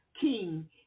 king